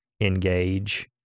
engage